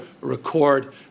record